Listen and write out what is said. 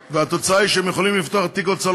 והתוצאה היא שהם יכולים לפתוח תיק הוצאה